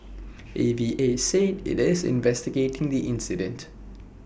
A V A said IT is investigating the incident